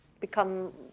become